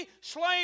slain